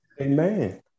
Amen